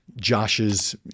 Josh's